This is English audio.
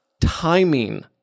timing